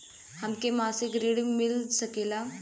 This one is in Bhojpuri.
हमके मासिक ऋण मिल सकेला?